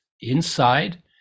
inside